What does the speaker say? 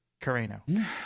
Carano